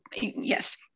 yes